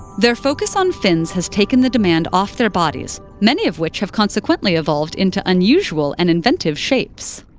their focus on fins has taken the demand off their bodies, many of which have consequently evolved into unusual and inventive shapes.